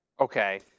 Okay